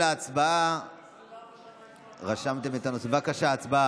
(ריבית ודמי פיגורים), התשפ"ב